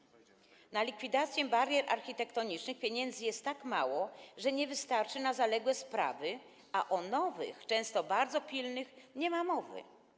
Na likwidację barier architektonicznych pieniędzy jest tak mało, że nie wystarczy na zaległe sprawy, a o nowych, często bardzo pilnych, nie ma mowy.